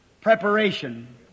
preparation